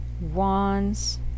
wands